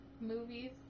movies